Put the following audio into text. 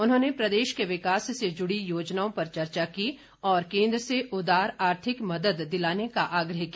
उन्होंने प्रदेश के विकास से जुड़ी योजनाओं पर चर्चा की और केन्द्र से उदार आर्थिक मदद दिलाने का आग्रह किया